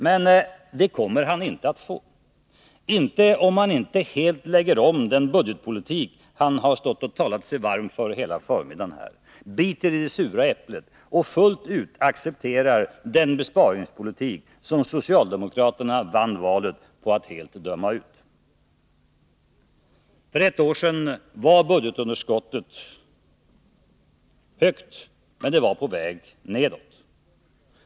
Men det kommer han inte att få, såvida han inte helt lägger om den budgetpolitik han under hela förmiddagen talat sig varm för, biter i det sura äpplet och fullt ut accepterar den besparingspolitik som socialdemokraterna vann valet på att helt döma ut. För ett år sedan var budgetunderskottet högt, men det var på väg nedåt.